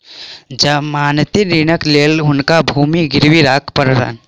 जमानती ऋणक लेल हुनका भूमि गिरवी राख पड़लैन